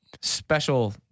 special